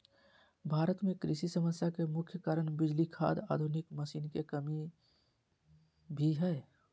भारत में कृषि समस्या के मुख्य कारण बिजली, खाद, आधुनिक मशीन के कमी भी हय